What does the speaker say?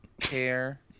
care